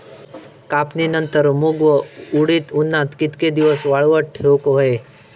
कापणीनंतर मूग व उडीद उन्हात कितके दिवस वाळवत ठेवूक व्हये?